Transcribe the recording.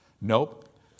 Nope